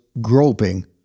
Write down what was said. groping